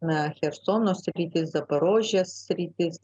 na chersono sritis zaporožės sritis